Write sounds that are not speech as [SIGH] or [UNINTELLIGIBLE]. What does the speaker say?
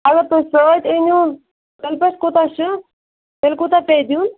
اَگر تُہۍ سۭتۍ أنِو [UNINTELLIGIBLE] کوٗتاہ چھِ تیٚلہِ کوٗتاہ پیٚیہِ دیُن